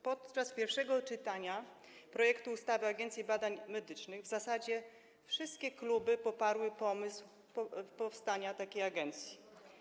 Podczas pierwszego czytania projektu ustawy o Agencji Badań Medycznych w zasadzie wszystkie kluby poparły pomysł powstania takiej agencji.